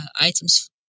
items